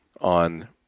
on